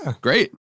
great